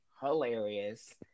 hilarious